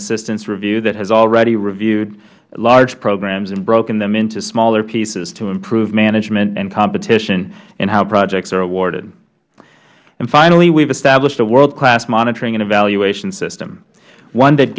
assistance review that has already reviewed large programs and broken them into smaller pieces to improve management and competition and how projects are awarded finally we have established a world class monitoring and evaluation system one that